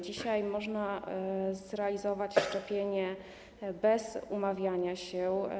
Dzisiaj można zrealizować szczepienie bez umawiania się.